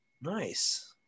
Nice